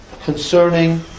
Concerning